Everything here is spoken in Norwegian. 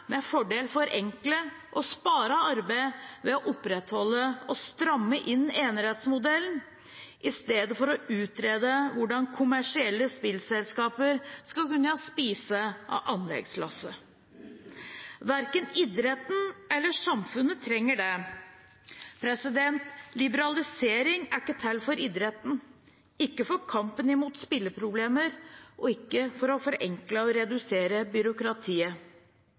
med fordel forenkle og spare arbeid ved å opprettholde og stramme inn enerettsmodellen i stedet for å utrede hvordan kommersielle spillselskaper skal kunne spise av anleggslasset. Verken idretten eller samfunnet trenger det. Liberalisering er ikke til for idretten, ikke for kampen mot spilleproblemer og ikke for å forenkle eller redusere byråkratiet.